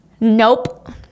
Nope